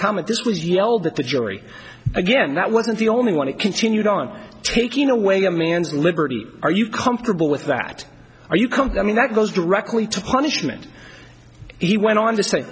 comment this was yelled at the jury again that wasn't the only one it continued on taking away a man's liberty are you comfortable with that or you come to me that goes directly to punishment he went on to say